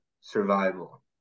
survival